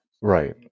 Right